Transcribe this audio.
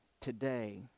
today